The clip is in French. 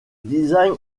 design